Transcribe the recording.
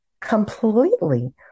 completely